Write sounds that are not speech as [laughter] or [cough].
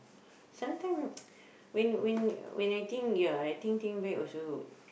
some time [noise] when when when I think ya I think think back also